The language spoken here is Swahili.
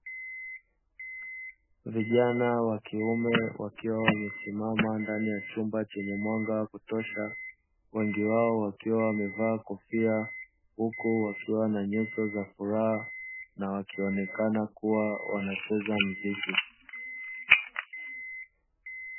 Vijana wa kiume wakiwa wamesimama ndani ya chumba chenye mwanga wa kutosha, wengi wao wakiwa wamevaa kofia huko wakiwa na nyuso za furaha na wakionekana kuwa wanacheza mziki.